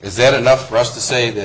is that enough for us to say that